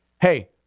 hey